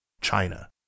China